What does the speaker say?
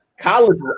College